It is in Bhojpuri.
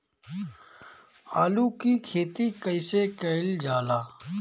आलू की खेती कइसे कइल जाला?